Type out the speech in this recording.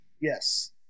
Yes